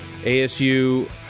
ASU